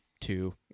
two